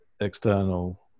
external